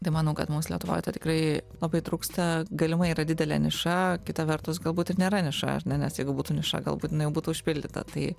tai manau kad mums lietuvoj to tikrai labai trūksta galimai yra didelė niša kita vertus galbūt ir nėra niša ar ne nes jeigu būtų niša galbūt jinai jau būtų užpildyta tai